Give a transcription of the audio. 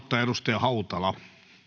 edustaja hautala